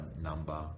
number